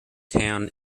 town